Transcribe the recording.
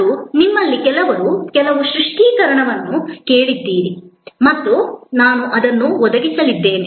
ಮತ್ತು ನಿಮ್ಮಲ್ಲಿ ಕೆಲವರು ಕೆಲವು ಸ್ಪಷ್ಟೀಕರಣವನ್ನು ಕೇಳಿದ್ದಾರೆ ಮತ್ತು ನಾನು ಅದನ್ನು ಒದಗಿಸಲಿದ್ದೇನೆ